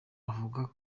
yavuga